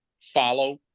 follow